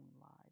lives